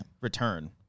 return